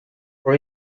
for